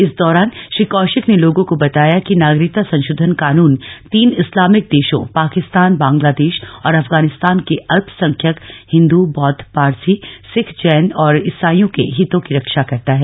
इस दौरान श्री कौशिक ने लोगों को बताया कि नागरिकता संशोधन कानून तीन इस्लामिक देशो पाकिस्तान बांग्लादेश और अफगानिस्तान के अल्प संख्यक हिंदू बौद्ध पारसी सिख जैन और ईसाइयों के हितों की रक्षा करता है